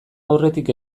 aurretik